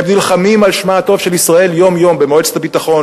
הם נלחמים על שמה הטוב של ישראל יום-יום במועצת הביטחון,